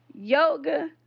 Yoga